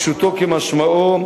פשוטו כמשמעו,